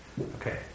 Okay